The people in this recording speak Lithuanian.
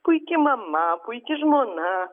puiki mama puiki žmona